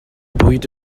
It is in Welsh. bwyd